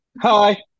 Hi